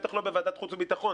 בטח לא בוועדת החוץ והביטחון,